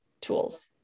tools